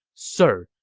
sir,